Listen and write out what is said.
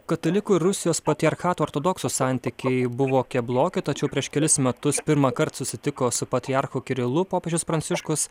katalikų ir rusijos patriarchato ortodoksų santykiai buvo kebloki tačiau prieš kelis metus pirmąkart susitiko su patriarchu kirilu popiežius pranciškus